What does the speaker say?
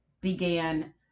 began